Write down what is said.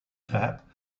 tap